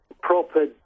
proper